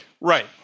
Right